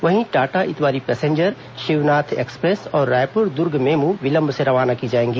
वहीं Tata Itwari passenger Shivnath express और Raipur Durg MEMU विलंब से रवाना की जाएगी